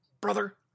brother